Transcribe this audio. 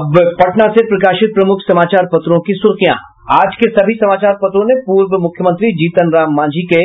अब पटना से प्रकाशित प्रमुख समाचार पत्रों की सुर्खियां आज के सभी समाचार पत्रों ने पूर्व मुख्यमंत्री जीतन राम मांझी के